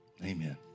Amen